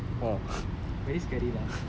recently like september lah